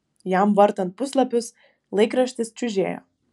jam vartant puslapius laikraštis čiužėjo